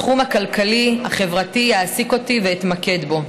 התחום הכלכלי החברתי יעסיק אותי ואתמקד בו.